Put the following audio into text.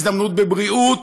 הזדמנות בבריאות,